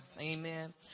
Amen